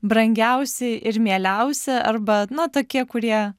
brangiausi ir mieliausia arba na tokie kurie